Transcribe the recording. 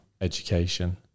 education